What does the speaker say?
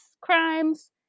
crimes